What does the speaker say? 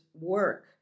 work